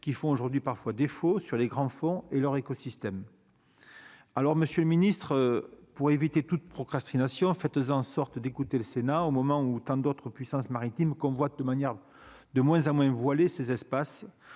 qui font aujourd'hui parfois défaut sur les grands fonds et leur écosystème alors Monsieur le Ministre, pour éviter toute procrastination, faites en sorte d'écouter le Sénat au moment où tant d'autres puissances maritimes voit de manière de moins en moins voilées ces espaces,